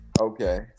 Okay